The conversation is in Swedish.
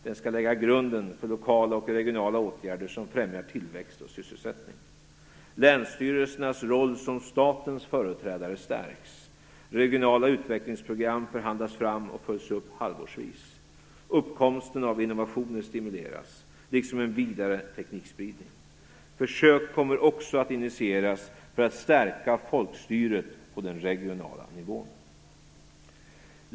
Den skall lägga grunden för lokala och regionala åtgärder som främjar tillväxt och sysselsättning. Länsstyrelsernas roll som statens företrädare stärks. Regionala utvecklingsprogram förhandlas fram och följs upp halvårsvis. Uppkomsten av innovationer stimuleras, liksom en vidare teknikspridning. Försök kommer att initieras för att stärka folkstyret på den regionala nivån.